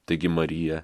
taigi marija